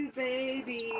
baby